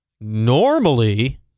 normally